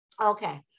Okay